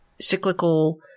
cyclical